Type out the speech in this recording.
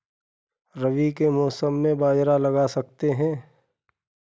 रवि के मौसम में बाजरा लगा सकते हैं?